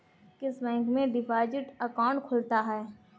किस बैंक में deposit account खुलता है?